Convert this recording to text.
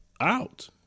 out